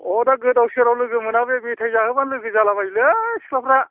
अ दा गोदाव सोराव लोगो मोना बे मेथाइ जाहोब्लानो लोगो जालाबायोलै सिख्लाफ्रा